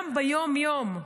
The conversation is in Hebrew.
גם ביום-יום,